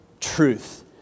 Truth